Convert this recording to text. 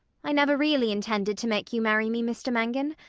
i never really intended to make you marry me, mr mangan.